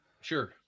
sure